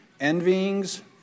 envyings